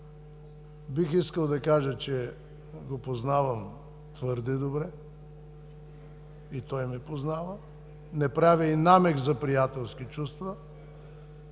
Бих искал да кажа, че го познавам твърде добре. И той ме познава. Не правя и намек за приятелски чувства.